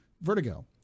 Vertigo